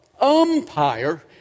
umpire